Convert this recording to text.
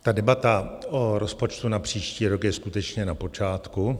Ta debata o rozpočtu na příští rok je skutečně na počátku.